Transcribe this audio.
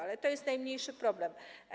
Ale to jest najmniejszy problem.